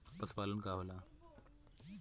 पशुपलन का होला?